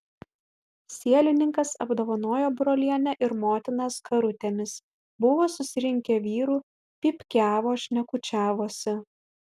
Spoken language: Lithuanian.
sielininkas apdovanojo brolienę ir motiną skarutėmis buvo susirinkę vyrų pypkiavo šnekučiavosi